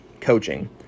coaching